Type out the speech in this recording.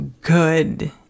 good